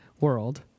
world